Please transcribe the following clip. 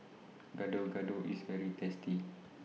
Gado Gado IS very tasty